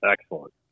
Excellent